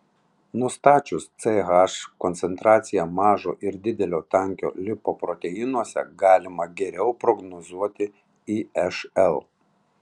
nustačius ch koncentraciją mažo ir didelio tankio lipoproteinuose galima geriau prognozuoti išl